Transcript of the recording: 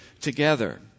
together